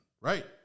Right